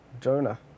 Jonah